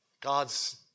God's